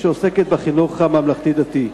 שעוסקת בחינוך הממלכתי-דתי.